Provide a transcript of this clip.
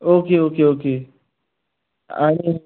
okay okay okay आणि